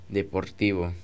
deportivo